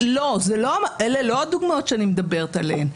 אלה לא הדוגמאות שאני מדברת עליהן.